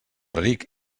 ric